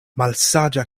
malsaĝa